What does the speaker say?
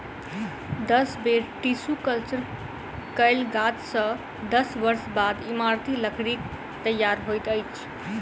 दस बेर tissue culture कयल गाछ सॅ दस वर्ष बाद इमारती लकड़ीक तैयार होइत अछि